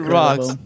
rocks